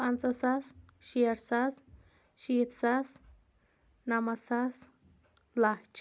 پنٛژاہ ساس شیٹھ ساس شیٖتھ ساس نَمَتھ ساس لَچھ